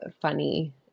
funny